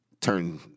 turn